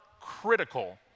critical